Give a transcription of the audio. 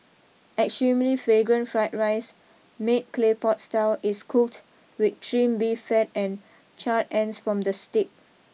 extremely fragrant fried rice made clay pot style is cooked with trimmed beef fat and charred ends from the steak